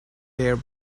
their